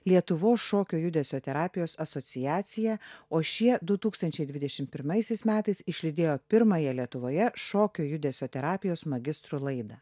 lietuvos šokio judesio terapijos asociaciją o šie du tūkstančiai dvidešim pirmaisiais metais išlydėjo pirmąją lietuvoje šokio judesio terapijos magistrų laidą